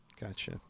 Gotcha